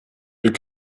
wir